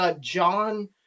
John